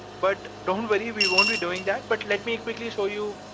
but don't worry, we won't be doing that, but let me quickly show you,